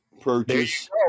purchase